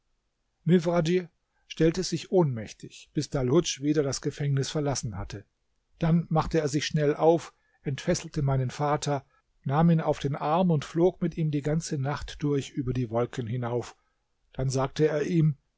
mifradj stellte sich ohnmächtig bis dalhudsch wieder das gefängnis verlassen hatte dann machte er sich schnell auf entfesselte meinen vater nahm ihn auf den arm und flog mit ihm die ganze nacht durch über die wolken hinauf dann sagte er ihm